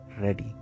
ready